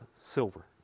silver